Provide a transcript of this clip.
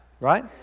Right